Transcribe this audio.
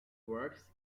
works